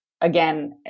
again